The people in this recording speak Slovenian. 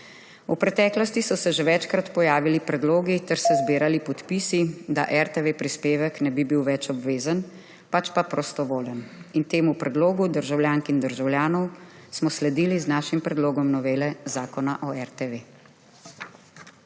V preteklosti so se že večkrat pojavili predlogi ter se zbirali podpisi, da prispevek RTV ne bi bil več obvezen, pač pa prostovoljen. Temu predlogu državljank in državljanov smo sledili z našim predlogom novele zakona o RTV.